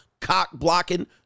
cock-blocking